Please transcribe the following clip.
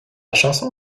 chanson